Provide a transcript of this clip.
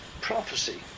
prophecy